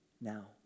Now